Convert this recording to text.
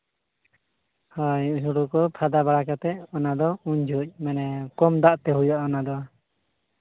ᱟᱨ ᱦᱩᱲᱩ ᱠᱚ ᱯᱷᱟᱸᱫᱟ ᱵᱟᱲᱟ ᱠᱟᱛᱮᱫ ᱚᱱᱟᱫᱚ ᱩᱱ ᱡᱚᱦᱚᱜ ᱢᱟᱱᱮ ᱠᱚᱢ ᱫᱟᱜ ᱛᱮ ᱦᱩᱭᱩᱜᱼᱟ ᱚᱱᱟ ᱫᱚ